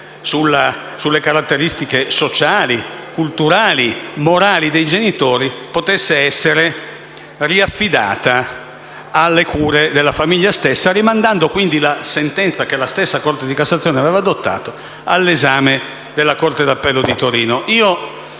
sulle caratteristiche sociali, culturali, morali dei genitori, può essere riaffidata alle cure della famiglia stessa, rimandando la sentenza adottata dalla stessa Corte di cassazione all’esame della Corte d’appello di Torino.